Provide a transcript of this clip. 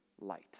light